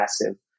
massive